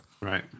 Right